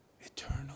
eternal